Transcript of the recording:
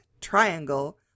Triangle